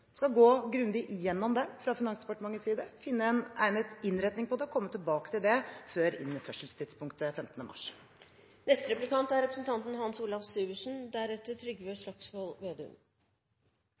skal gå grundig igjennom den fra Finansdepartementet side, finne en egnet innretning på det og komme tilbake til det før innførselstidspunktet 15. mars.